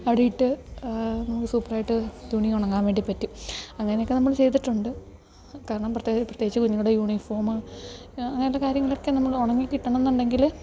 അവിടെയിട്ട് നമുക്ക് സൂപ്പറായിട്ട് തുണി ഉണങ്ങാൻ വേണ്ടി പറ്റും അങ്ങനൊക്കെ നമ്മൾ ചെയ്തിട്ടുണ്ട് കാരണം പ്രത്യേകിച്ച് കുഞ്ഞുങ്ങടെ യൂണിഫോമ് അങ്ങനെയുള്ള കാര്യങ്ങളൊക്കെ നമ്മൾ ഉണങ്ങിക്കിട്ടണമെന്നുണ്ടെങ്കിൽ